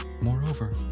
Moreover